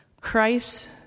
Christ